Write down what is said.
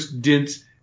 dense